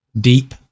deep